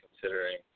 considering